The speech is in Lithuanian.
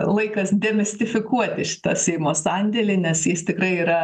laikas demistifikuoti šitą seimo sandėlį nes jis tikrai yra